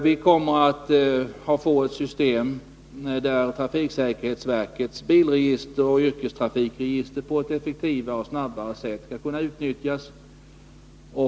Vi kommer att få ett system som innebär att trafiksäkerhetsverkets bilregister och yrkestrafikregister på ett effektivare och snabbare sätt skall kunna utnyttjas.